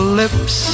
lips